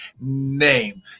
name